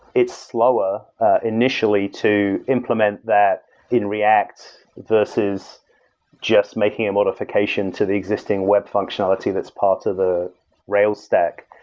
it's slower initially to implement that in react versus just making a modification to the existing web functionality that's part of a rails stack.